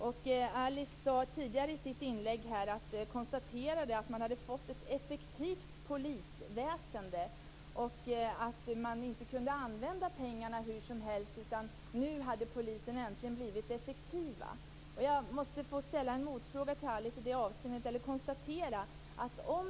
Alice Åström konstaterade tidigare i sitt inlägg att man hade fått ett effektivt polisväsende. Hon sade att man inte kan använda pengarna hur som helst, men nu hade polisen äntligen blivit effektiv. Jag måste få ställa en motfråga till Alice Åström.